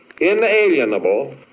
inalienable